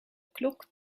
klok